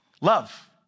love